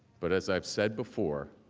but as i have said before,